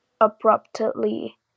abruptly